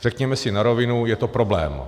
Řekněme si na rovinu, je to problém.